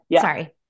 sorry